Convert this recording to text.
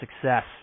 success